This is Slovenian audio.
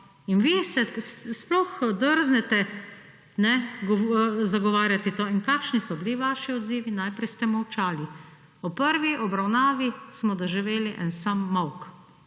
In vi se sploh drznete zagovarjati to. Kakšni so bili vaši odzivi? Najprej ste molčali. Ob prvi obravnavi smo doživeli en sam molk